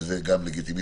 וזה גם לגיטימי.